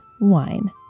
wine